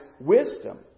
wisdom